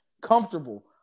comfortable